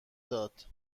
داد